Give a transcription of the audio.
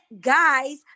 guys